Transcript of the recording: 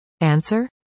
Answer